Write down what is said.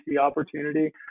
opportunity